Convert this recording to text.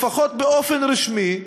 לפחות רשמית,